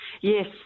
Yes